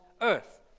earth